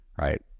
right